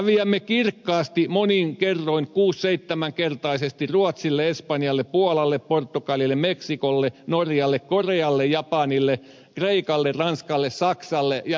häviämme kirkkaasti monin kerroin kuusiseitsemänkertaisesti ruotsille espanjalle puolalle portugalille meksikolle norjalle korealle japanille kreikalle ranskalle saksalle ja niin edelleen